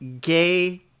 gay